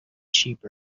sheep